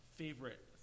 favorite